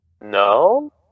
no